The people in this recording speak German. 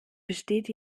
besteht